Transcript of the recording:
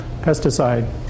Pesticide